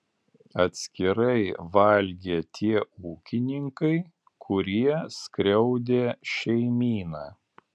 atskirai valgė tie ūkininkai kurie skriaudė šeimyną